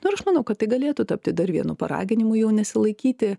nu ir aš manau kad tai galėtų tapti dar vienu paraginimu jau nesilaikyti